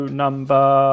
number